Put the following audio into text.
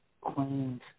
Queen's